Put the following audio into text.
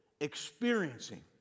experiencing